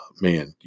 Man